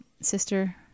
sister